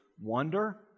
wonder